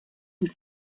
bout